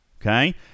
Okay